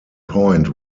point